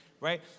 Right